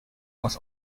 was